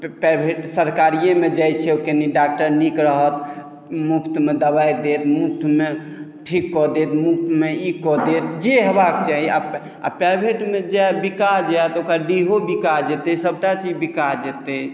private सरकारीएमे जाइत छै ओ कनी डॉक्टर नीक रहत मुफ्तमे दवाइ देत मुफ्तमे ठीक कऽ देत मुफ्तमे ई कऽ देत जे होयबाक चाही आ प्राइवेटमे जायत बिका जायत ओकर डिहो बिका जेतै सभटा चीज बिका जेतै